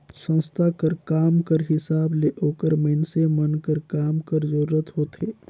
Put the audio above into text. संस्था कर काम कर हिसाब ले ओकर मइनसे मन कर काम कर जरूरत होथे